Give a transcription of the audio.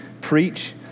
preach